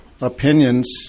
opinions